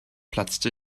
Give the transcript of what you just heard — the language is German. platzte